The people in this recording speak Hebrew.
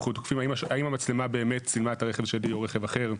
אנחנו שואלים האם המצלמה באמת צילמה את הרכב שלי או רכב אחר,